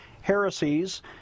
heresies